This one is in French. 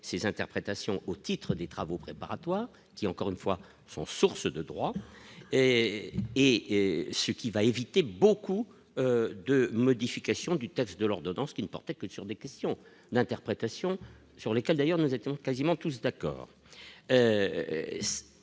ses interprétations au titre des travaux préparatoires qui encore une fois, sont source de droit et et ce qui va éviter beaucoup de modifications du taff de l'ordonnance qui ne portait que sur des questions d'interprétation sur lesquels d'ailleurs, nous étions quasiment tous d'accord,